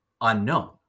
unknown